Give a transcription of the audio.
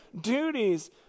duties